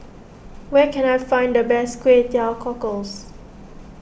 where can I find the best Kway Teow Cockles